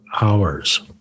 hours